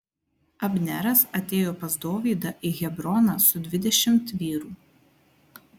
abneras atėjo pas dovydą į hebroną su dvidešimt vyrų